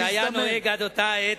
שהיה נוהג עד אותה העת,